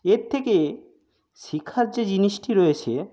এর থেকে শিক্ষার যে জিনিসটি রয়েছে